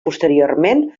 posteriorment